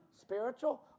Spiritual